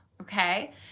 okay